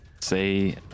say